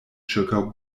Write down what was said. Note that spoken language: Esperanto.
ĉirkaŭ